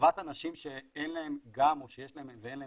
לטובת אנשים שאין להם או שיש להם את האמצעים,